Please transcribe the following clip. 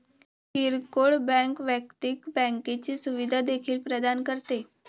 किरकोळ बँक वैयक्तिक बँकिंगची सुविधा देखील प्रदान करते